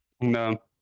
No